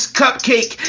cupcake